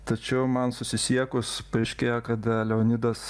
tačiau man susisiekus paaiškėjo kad leonidas